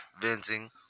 venting